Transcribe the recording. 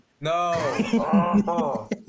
No